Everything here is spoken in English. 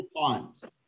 times